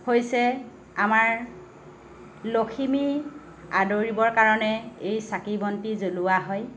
হৈছে আমাৰ লখিমী আদৰিবৰ কাৰণে এই চাকি বন্তি জ্বলোৱা হয়